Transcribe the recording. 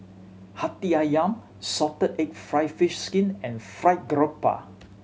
Hati Ayam salted egg fried fish skin and Fried Garoupa